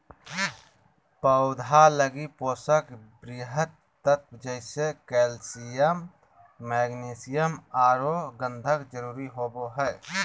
पौधा लगी पोषक वृहत तत्व जैसे कैल्सियम, मैग्नीशियम औरो गंधक जरुरी होबो हइ